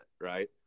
Right